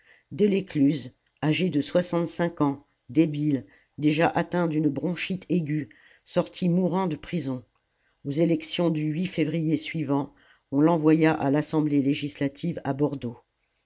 deslescluze âgé de soixante-cinq ans débile déjà atteint d'une bronchite aiguë sortit mourant de prison aux élections du février suivant on l'envoya à l'assemblée législative à bordeaux